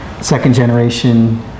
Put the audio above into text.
second-generation